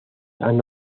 han